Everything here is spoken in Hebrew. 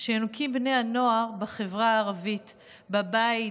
שיונקים בני הנוער בחברה הערבית בבית,